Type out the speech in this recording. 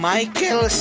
Michael